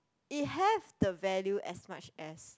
it have the value as much as